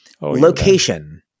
Location